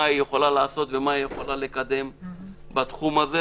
יכולה לעשות ומה היא יכולה לקדם בתחום הזה.